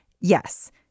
yes